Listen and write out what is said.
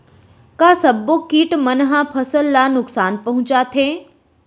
का सब्बो किट मन ह फसल ला नुकसान पहुंचाथे?